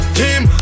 team